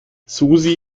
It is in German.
susi